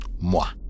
Moi